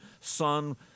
son